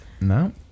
No